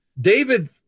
David